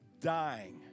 dying